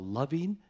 loving